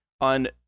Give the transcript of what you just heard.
On